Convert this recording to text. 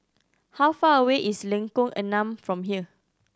how far away is Lengkong Enam from here